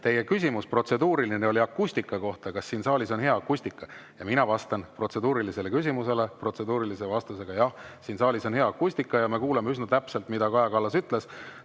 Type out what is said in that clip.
Teie protseduuriline küsimus oli akustika kohta: kas siin saalis on hea akustika? Ja mina vastan protseduurilisele küsimusele protseduurilise vastasega: jah, siin saalis on hea akustika ja me kuuleme üsna täpselt, mida Kaja Kallas ütleb.